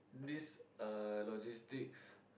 this uh logistics